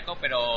pero